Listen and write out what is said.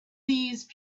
these